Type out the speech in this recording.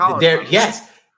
Yes